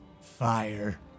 fire